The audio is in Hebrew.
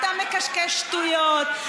אתה מקשקש שטויות.